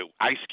Ice